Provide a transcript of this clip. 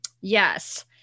Yes